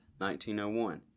1901